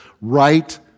right